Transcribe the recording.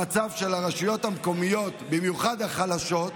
המצב של הרשויות המקומיות, במיוחד החלשות,